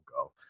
go